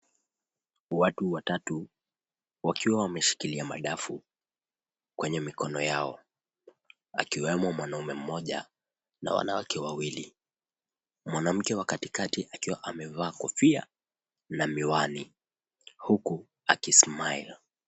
Watu watatu, wakiwa wameshikilia madafu kwenye mikono yao, akiwemo mwanamume mmoja na wanawake wawili. Mwanamke wa katikati akiwa amevaa kofia na miwani huku akismile .